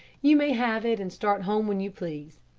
you may have it and start home when you please.